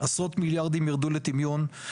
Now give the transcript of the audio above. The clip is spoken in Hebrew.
עשרות מיליארדים יירדו לטמיון,